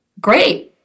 Great